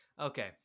Okay